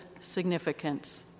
significance